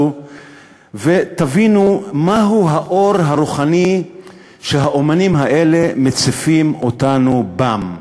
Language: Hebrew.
ותבינו מהו האור הרוחני שהאמנים האלה מציפים אותנו בו.